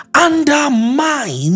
undermine